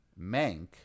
Mank